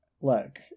look